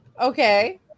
Okay